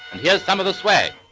yeah some of the swag.